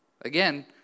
Again